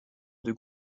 deux